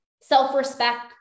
self-respect